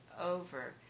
over